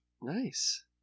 Nice